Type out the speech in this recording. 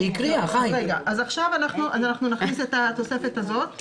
לפעמים מעסיק קטן נותן הטבות גם